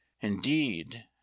Indeed